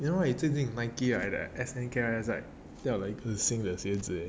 you know right 最近 Nike right is like 有新的鞋子